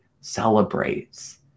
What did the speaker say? celebrates